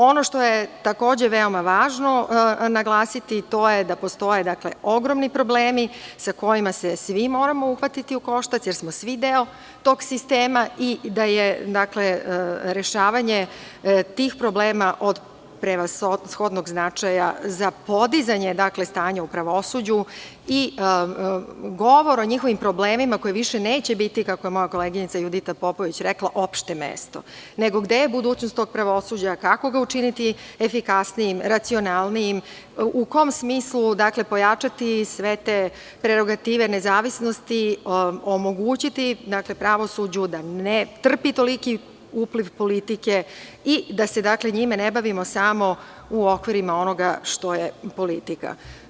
Ono što je takođe veoma važno naglasiti, to je da postoje ogromni problemi sa kojima se svi moramo uhvatiti u koštac, jer smo svi deo tog sistema, kao i da je rešavanje tih problema od prevashodnog značaja za podizanje stanja u pravosuđu i govor o njihovim problemima koji više neće biti, kako je moja koleginica Judita Popović rekla, opšte mesto, nego gde je budućnost tog pravosuđa, kako ga učiniti efikasnijim, racionalnijim, u kom smislu pojačati sve te prerogative nezavisnosti, omogućiti pravosuđu da ne trpi toliki upliv politike i da se njime ne bavimo samo u okvirima onoga što je politika.